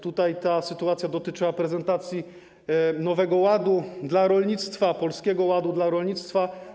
Ta sytuacja dotyczyła prezentacji Nowego Ładu dla rolnictwa, Polskiego Ładu dla rolnictwa.